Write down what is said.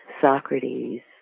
Socrates